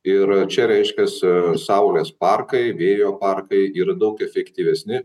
ir čia reiškias saulės parkai vėjo parkai yra daug efektyvesni